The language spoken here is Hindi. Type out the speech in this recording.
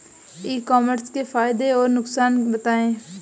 ई कॉमर्स के फायदे और नुकसान बताएँ?